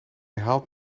haalt